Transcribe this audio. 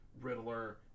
Riddler